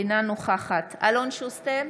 אינה נוכחת אלון שוסטר,